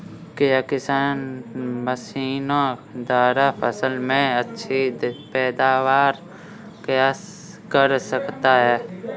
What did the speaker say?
क्या किसान मशीनों द्वारा फसल में अच्छी पैदावार कर सकता है?